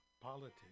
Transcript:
politics